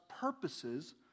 purposes